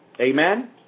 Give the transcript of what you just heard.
Amen